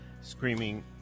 screaming